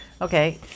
Okay